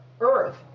Earth